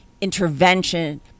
intervention